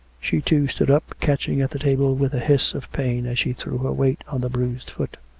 she, too, stood up, catching at the table with a hiss of pain as she threw her weight on the bruised foot.